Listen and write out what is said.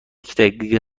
دقیقه